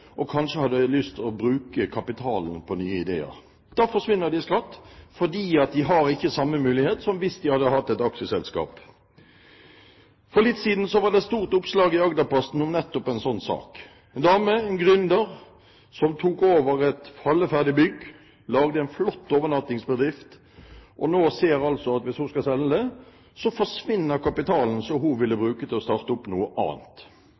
og kanskje har lyst til å bruke kapitalen på nye ideer. Da forsvinner det i skatt, for de har ikke de samme mulighetene som de hadde hatt med et aksjeselskap. For litt siden var det et stort oppslag i Agderposten om nettopp en slik sak. En dame, en gründer, tok over et falleferdig bygg og lagde en flott overnattingsbedrift. Nå ser en altså at hvis hun skal selge det, forsvinner kapitalen som hun kunne brukt til å starte opp noe annet.